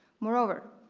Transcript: moreover,